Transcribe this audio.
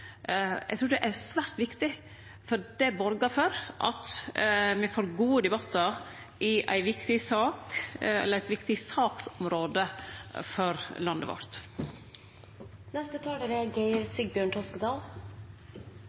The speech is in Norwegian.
Eg trur det er svært viktig, for det borgar for at me får gode debattar i eit viktig saksområde for landet vårt. La meg først si at jeg er